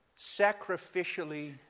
sacrificially